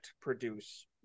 produce